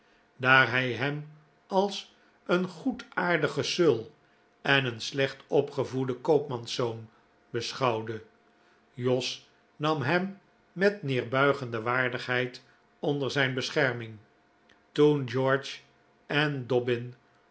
daar hij hem als een goedaardigen sul en een slecht opgevoeden koopmanszoon beschouwde jos nam hem met nederbuigende waardigheid onder zijn bescherming toen george en